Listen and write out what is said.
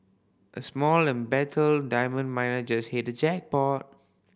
a small embattled diamond miner just hit the jackpot